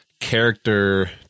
character